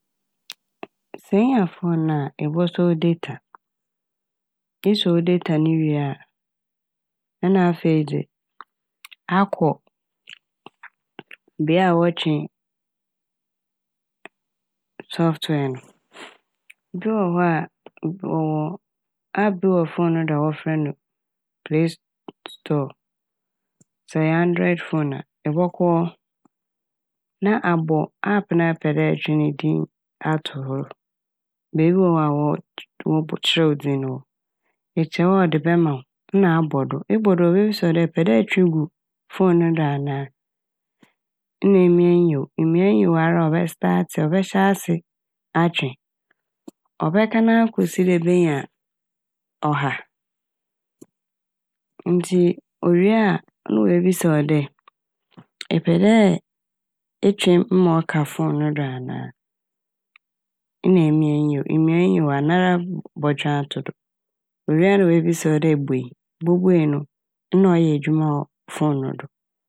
Sɛ inya fone a ebɔsɔ wo "data", esɔ wo data ne wie a na a afei dze akɔ bea a wɔtwe "software" no bi wɔ hɔ a wɔwɔ "app" bi wɔ hɔ a wɔfrɛ no "play" "store". Sɛ ɔyɛ "android" fone a ɛbɔkɔ hɔ na abɔ "app" na a ɛpɛ dɛ ɛtwe ne din ato hɔ. Beebi wɔ hɔ a wɔ wɔpɔ- wɔkyerɛw dzin no wɔ. Ekyerɛw a ɔde bɛma wo na abɔ do, ebɔ do a obebisa wo dɛ ɛpɛ dɛ ɛtwe gu fone no do a anaa nna emia nyew. Emia nyew ara ɔbɛstaate, ɔbɛhyɛ ase atwe, ɔbɛkan ara kosi dɛ ebenya ɔha ntsi owie a na oebisa wo dɛ epɛ dɛ etwe ma ɔka fone no do a anaa nna emia nyew, emia nyew a nara bɔtwe ato do. Owie na oebisa wo dɛ buei, bobuei no nna ɔyɛ edwuma no do.